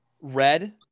Red